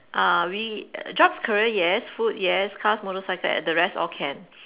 are we err jobs career yes food yes cars motorcycle the rest all can